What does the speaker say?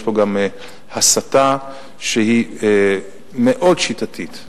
יש כאן גם הסתה, שהיא מאוד שיטתית.